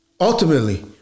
ultimately